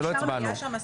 כי עוד לא הצבענו.